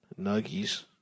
nuggies